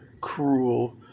cruel